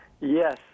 Yes